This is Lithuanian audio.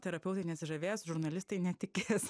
terapeutai nesižavės žurnalistai netikės